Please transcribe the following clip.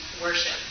worship